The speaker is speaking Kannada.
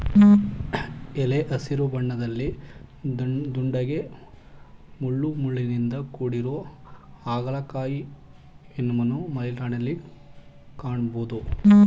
ಎಲೆ ಹಸಿರು ಬಣ್ಣದಲ್ಲಿ ದುಂಡಗೆ ಮುಳ್ಳುಮುಳ್ಳಿನಿಂದ ಕೂಡಿರೊ ಹಾಗಲಕಾಯಿಯನ್ವನು ಮಲೆನಾಡಲ್ಲಿ ಕಾಣ್ಬೋದು